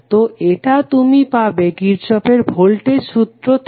তো এটা তুমি পাবে কির্শফের ভোল্টেজ সূত্র থেকে